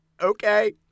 Okay